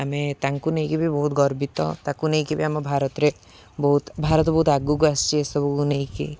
ଆମେ ତାଙ୍କୁ ନେଇକି ବି ବହୁତ ଗର୍ବିତ ତାକୁ ନେଇକି ବି ଆମ ଭାରତରେ ବହୁତ ଭାରତ ବହୁତ ଆଗକୁ ଆସିଛି ଏସବୁକୁ ନେଇକି